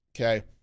okay